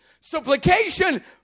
Supplication